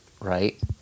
right